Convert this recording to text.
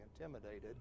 intimidated